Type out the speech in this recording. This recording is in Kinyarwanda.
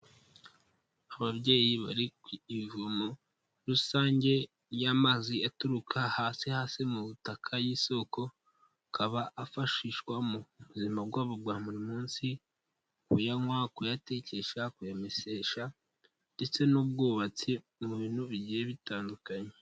Ababyeyi bari ku ivomo rusange ry'amazi aturuka hasi hasi mu butaka y'isoko akaba afashishwamo bu ubuzima bwabo bwa buri munsi: kuyanywa, kuyatekesha, kuyamesesha, ndetse n'ubwubatsi mu bintu bigiye bitandukanye.